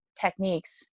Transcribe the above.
techniques